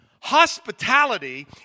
Hospitality